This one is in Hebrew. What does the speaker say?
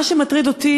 מה שמטריד אותי,